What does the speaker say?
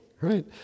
right